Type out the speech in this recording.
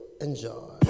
enjoy